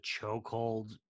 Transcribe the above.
chokehold